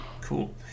Cool